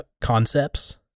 concepts